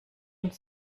und